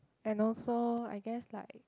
and also I guess like